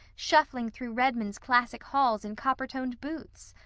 shuffling through redmond's classic halls in coppertoned boots.